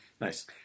Nice